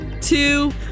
two